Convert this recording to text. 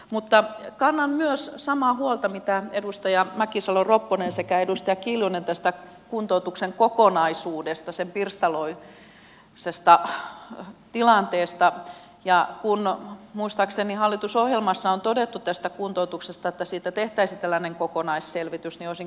mutta kannan myös samaa huolta kuin edustaja mäkisalo ropponen sekä edustaja kiljunen tästä kuntoutuksen kokonaisuudesta sen pirstaleisesta tilanteesta ja kun muistaakseni hallitusohjelmassa on todettu että kuntoutuksesta tehtäisiin tällainen kokonaisselvitys olisin kysynyt